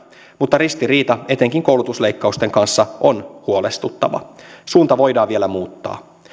mutta ristiriita etenkin koulutusleikkausten kanssa on huolestuttava suunta voidaan vielä muuttaa